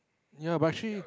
ya but actually